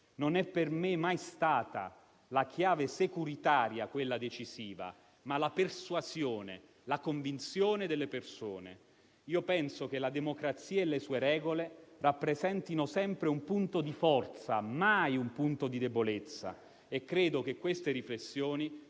non è mai stata la chiave securitaria quella decisiva, ma lo sono state la persuasione e la convinzione delle persone. Penso che la democrazia e le sue regole rappresentino sempre un punto di forza, mai un punto di debolezza, e credo che queste riflessioni